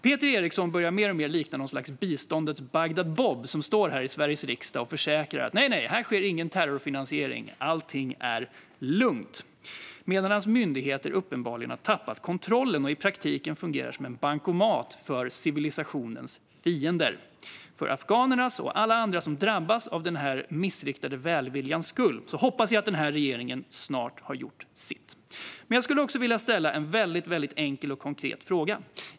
Peter Eriksson börjar mer och mer likna något slags biståndets Bagdad-Bob, som står här i Sveriges riksdag och försäkrar att det inte sker någon terrorfinansiering och att allt är lugnt, medan hans myndigheter uppenbarligen har tappat kontrollen och i praktiken fungerar som en bankomat för civilisationens fiender. För afghanernas skull och för alla andra som drabbas av denna missriktade välvilja hoppas jag att denna regering snart har gjort sitt. Jag vill ställa en enkel och konkret fråga.